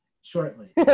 shortly